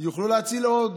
יוכלו להציל עוד,